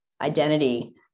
identity